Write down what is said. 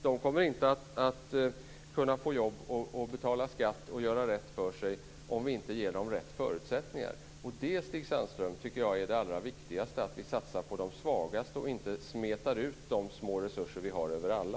De kommer inte att kunna få jobb, betala skatt och göra rätt för sig, om vi inte ger dem de rätta förutsättningarna. Stig Sandström! Jag tycker att det allra viktigaste är att vi satsar på de svagaste och inte smetar ut de små resurser som vi har över alla.